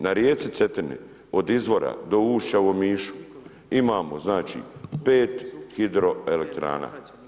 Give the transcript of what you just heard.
Na rijeci Cetini, od izvora do ušća u Omišu imamo znači, 5 hidroelektrana.